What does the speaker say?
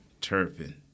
Turpin